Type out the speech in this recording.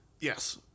Yes